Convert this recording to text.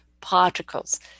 particles